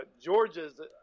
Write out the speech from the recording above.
Georgia's